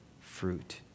fruit